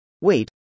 wait